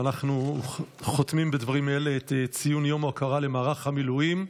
אנחנו חותמים בדברים אלה את ציון יום ההוקרה למערך המילואים.